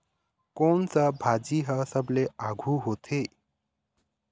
कोन सा भाजी हा सबले आघु होथे?